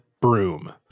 broom